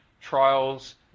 trials